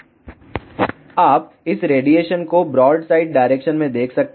आप इस रेडिएशन को ब्रॉडसाइड डायरेक्शन में देख सकते हैं